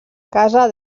casa